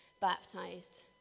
baptized